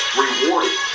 rewarded